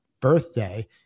birthday